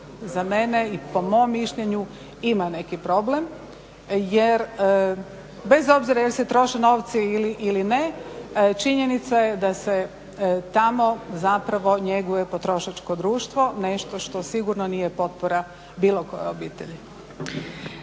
za mene i po mom mišljenju ima neki problem jer bez obzira jel se troše novci ili ne, činjenica je da se tamo zapravo njeguje potrošačko društvo, nešto što sigurno nije potpora bilo koje obitelji.